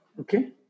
Okay